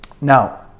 Now